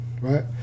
right